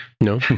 No